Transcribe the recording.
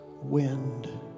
wind